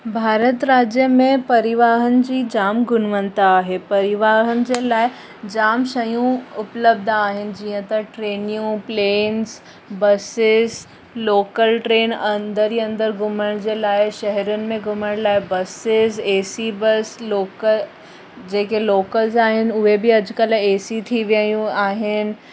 भारत राॼु में परीवाहन जी जाम गुणवंता आहे परीवाहन जे लाइ जाम शयूं उपलब्ध आहिनि जीअं त ट्रेनियूं प्लेन्स बसिस लोकल ट्रेन अंदरि ई अंदरि घुमण जे लाइ शहरियुनि में घुमण लाइ बसिस ए सी बस लोक जेके लोकल जा आहिनि उहे बि अॼुकल्ह ए सी थी विया आहियूं आहिनि